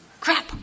Crap